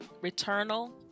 Returnal